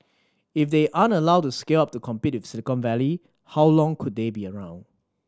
if they aren't allowed to scale up to compete with Silicon Valley how long could they be around